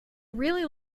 really